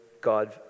God